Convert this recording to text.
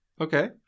Okay